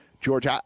George